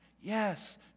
Yes